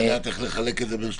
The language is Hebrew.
ולדעת איך לחלק את זה בין שלושתם.